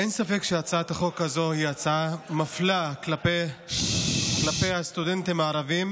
אין ספק שהצעת החוק הזאת היא הצעה מפלה כלפי הסטודנטים הערבים,